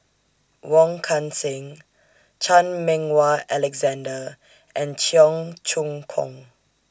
Wong Kan Seng Chan Meng Wah Alexander and Cheong Choong Kong